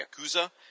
Yakuza